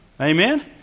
Amen